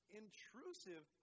intrusive